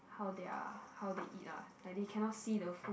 how they are how they eat ah like they cannot see the food